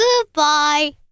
goodbye